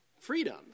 freedom